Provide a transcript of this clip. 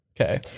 okay